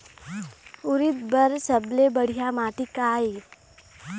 उरीद बर सबले बढ़िया माटी का ये?